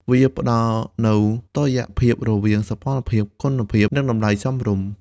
វាផ្តល់នូវតុល្យភាពរវាងសោភ័ណភាព គុណភាព និងតម្លៃសមរម្យ។